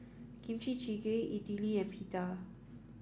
Kimchi Jjigae Idili and Pita